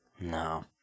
no